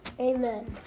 Amen